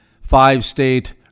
five-state